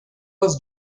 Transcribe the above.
was